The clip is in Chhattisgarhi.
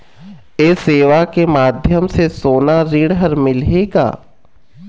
ये सेवा के माध्यम से सोना ऋण हर मिलही का?